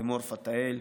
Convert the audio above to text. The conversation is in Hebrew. לימור פתאל,